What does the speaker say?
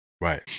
Right